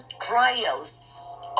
trials